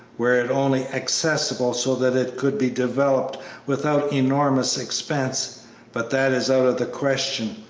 were it only accessible so that it could be developed without enormous expense but that is out of the question.